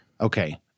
Okay